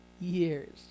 years